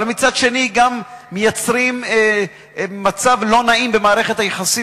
אבל מצד שני מייצרים מצב לא נעים במערכת היחסים